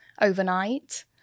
overnight